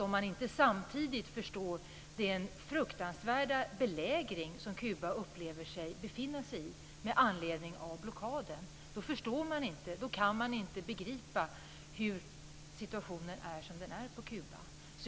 Om man inte samtidigt förstår den fruktansvärda belägring som Kuba upplever sig befinna sig under med anledning av blockaden förstår man inte. Då kan man inte begripa varför situationen är som den är på Kuba.